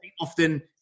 often